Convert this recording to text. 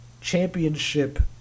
championship